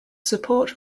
support